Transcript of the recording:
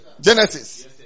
Genesis